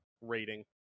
rating